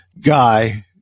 guy